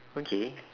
okay